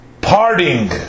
parting